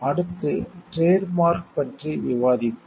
அடுத்து trademark பற்றி விவாதிப்போம்